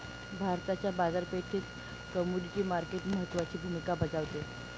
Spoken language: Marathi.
भारताच्या बाजारपेठेत कमोडिटी मार्केट महत्त्वाची भूमिका बजावते